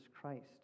Christ